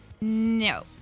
No